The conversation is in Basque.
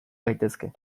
gaitezke